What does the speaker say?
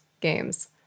games